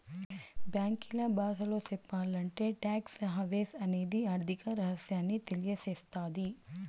బ్యాంకీల బాసలో సెప్పాలంటే టాక్స్ హావెన్ అనేది ఆర్థిక రహస్యాన్ని తెలియసేత్తది